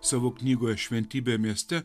savo knygoje šventybė mieste